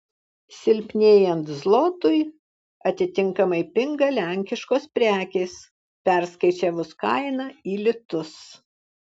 silpnėjant zlotui atitinkamai pinga lenkiškos prekės perskaičiavus kainą į litus